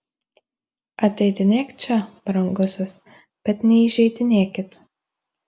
ateidinėk čia brangusis bet neįžeidinėkit